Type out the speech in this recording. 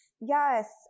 Yes